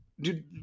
dude